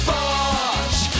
Bosh